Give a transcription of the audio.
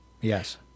Yes